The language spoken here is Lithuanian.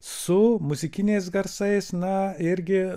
su muzikiniais garsais na irgi